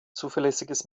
zuverlässiges